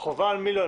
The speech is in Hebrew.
על מי החובה להנפיק?